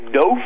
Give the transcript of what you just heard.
no